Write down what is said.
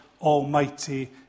Almighty